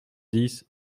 dix